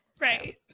Right